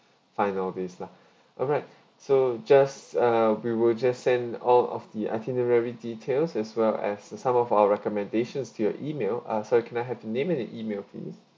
find all these lah alright so just uh we will just send all of the itinerary details as well as and some of our recommendations to your email ah sorry can I have your name and your email please